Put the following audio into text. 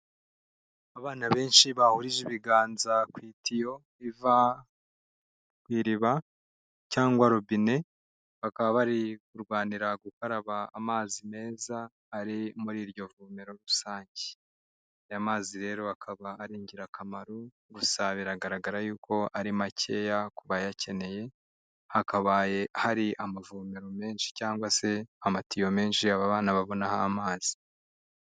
Abana benshi bahurije ibiganza ku itiyo iva ku iriba cyangwa robine, bakaba bari kurwanira gukaraba amazi meza ari muri iryo vomero rusange. Aya mazi rero akaba ari ingirakamaro, gusa biragaragara yuko ari makeya ku bayakeneye, hakabaye hari amavomero menshi cyangwa se amatiyo menshi aba bana babonaho amazi.